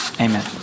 Amen